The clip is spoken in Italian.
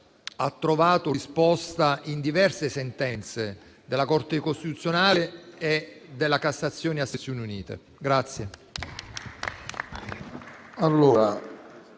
già trovato risposta in diverse sentenze della Corte costituzionale e della Cassazione a sezioni unite.